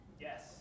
Yes